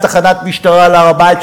תחנת משטרה על הר-הבית,